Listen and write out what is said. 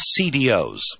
CDOs